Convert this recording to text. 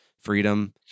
freedom